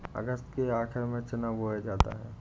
अगस्त के आखिर में चना बोया जाता है